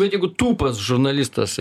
bet jeigu tūpas žurnalistas